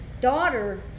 daughter